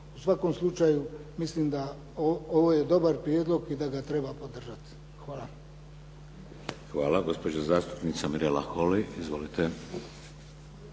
u svakom slučaju mislim da ovo je dobar prijedlog i da ga treba podržati. Hvala. **Šeks, Vladimir (HDZ)** Hvala. Gospođa zastupnica Mirela Holy. Izvolite.